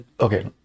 Okay